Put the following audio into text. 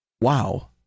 wow